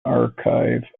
archive